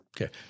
Okay